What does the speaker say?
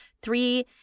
three